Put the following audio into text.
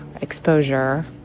exposure